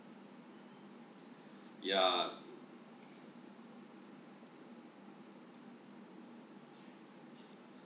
yeah